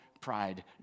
pride